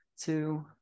two